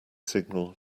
signal